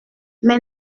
mais